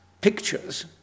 pictures